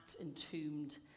entombed